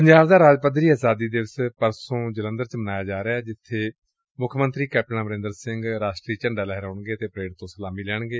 ਪੰਜਾਬ ਦਾ ਰਾਜ ਪੱਧਰੀ ਆਜ਼ਾਦੀ ਦਿਵਸ ਪਰਸੋਂ ਜਲੰਧਰ ਚ ਮਨਾਇਆ ਜਾ ਰਿਹੈ ਜਿੱਬੇ ਮੁੱਖ ਮੰਤਰੀ ਕੈਪਟਨ ਅਮਰੰਦਰ ਸਿੰਘ ਰਾਸ਼ਟਰੀ ਝੰਡਾ ਲਹਿਰਾਉਣਗੇ ਅਤੇ ਪਰੇਡ ਤੋ ਸਲਾਮੀ ਲੈਣਗੇ